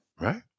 right